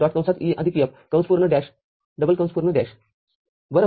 C D